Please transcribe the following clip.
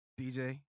DJ